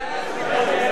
ההצעה